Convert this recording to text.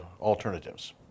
alternatives